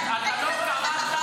זה עבד מחוץ למסגרת.